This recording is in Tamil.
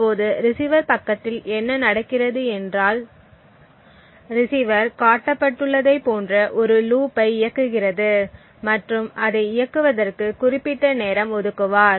இப்போது ரிசீவர் பக்கத்தில் என்ன நடக்கிறது என்றால் ரிசீவர் காட்டப்பட்டுள்ளதைப் போன்ற ஒரு லூப் ஐ இயக்குகிறது மற்றும் அதை இயக்குவதற்கு குறிப்பிட்ட நேரம் ஒதுக்குவார்